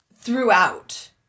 throughout